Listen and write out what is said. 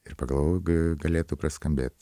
ir pagalvojau galėtų praskambėt